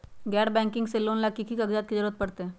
गैर बैंकिंग से लोन ला की की कागज के जरूरत पड़तै?